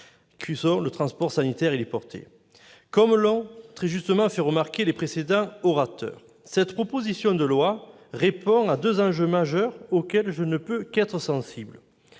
: le transport sanitaire héliporté. Comme l'ont très justement fait remarquer les précédents orateurs, cette proposition de loi répond à deux enjeux majeurs, auxquels je ne peux qu'être sensible